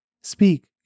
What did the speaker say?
Speak